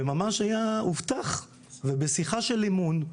וממש הובטח ובשיחה של אמון,